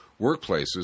workplaces